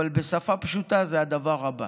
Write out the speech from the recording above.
אבל בשפה פשוטה, זה הדבר הבא: